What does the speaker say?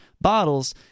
bottles